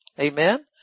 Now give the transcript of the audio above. Amen